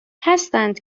هستند